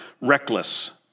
reckless